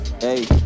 Hey